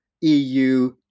EU